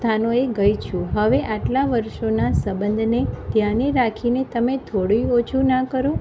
સ્થાનો એ ગઈ છું હવે આટલાં વર્ષોના સબંધને ધ્યાને રાખીને તમે થોડુંય ઓછું ના કરો